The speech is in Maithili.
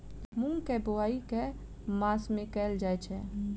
मूँग केँ बोवाई केँ मास मे कैल जाएँ छैय?